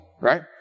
right